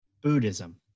Buddhism